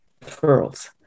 referrals